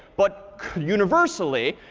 but universally,